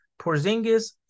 Porzingis